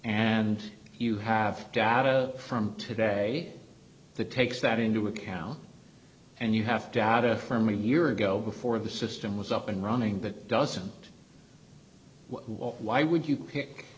and you have data from today the takes that into account and you have to add affirming a year ago before the system was up and running but doesn't why would you pick